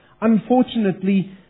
Unfortunately